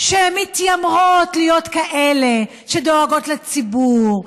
שמתיימרות להיות כאלה שדואגות לציבור,